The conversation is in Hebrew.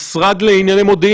משרד האוצר צריך להגיד: